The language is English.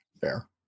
Fair